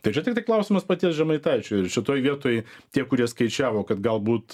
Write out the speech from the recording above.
tai čia tiktai klausimas paties žemaitaičio ir šitoj vietoj tie kurie skaičiavo kad galbūt